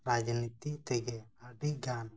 ᱨᱟᱡᱽᱱᱤᱛᱤ ᱛᱮᱜᱮ ᱟᱹᱰᱤᱜᱟᱱ